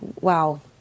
wow